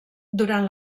durant